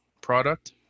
product